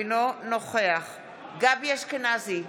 אינו נוכח גבי אשכנזי,